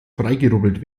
freigerubbelt